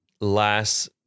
last